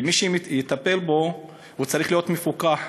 ומי שיטפל בו צריך להיות מפוקח,